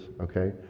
okay